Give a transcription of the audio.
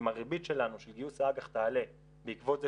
אם הריבית שלנו של גיוס האג"ח תעלה בעקבות זה